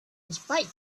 despite